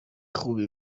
خوبی